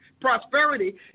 Prosperity